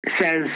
says